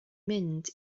mynd